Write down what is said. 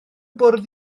bwrdd